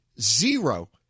Zero